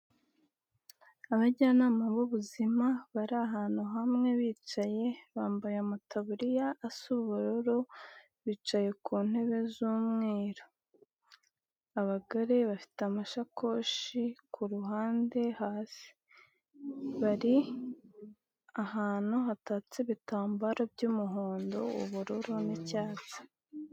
Abajyanama b'ubuzima bari ahantu hamwe bicaye bambaye amataburiya asa ubururu, bicaye ku ntebe z'umweru. Abagore bafite amasakoshi ku ruhande hasi. Bari ahantu hatatse ibitambaro by'umuhondo, ubururu n'icyatsi.